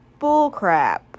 bullcrap